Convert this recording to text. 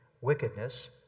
wickedness